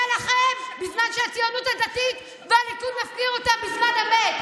לכם בזמן שהציונות הדתית והליכוד מפקירים אותם בזמן אמת.